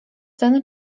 ten